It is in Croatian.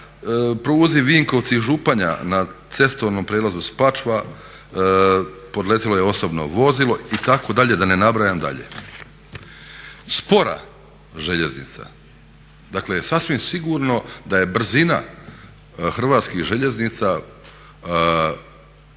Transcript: pruzi Vinkovci Županija na cestovnom prijelazu Spačva podletjelo je osobno vozilo itd., da ne nabrajam dalje. Spora željeznica dakle sasvim sigurno da je brzina Hrvatskih željeznica